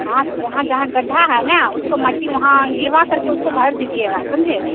हाँ जहाँ जहाँ गड्ढा है ना उसको मिट्टी वहाँ गिरवा करके उसको भर दीजिएगा समझे